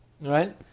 right